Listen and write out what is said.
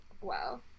Wow